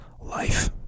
life